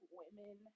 women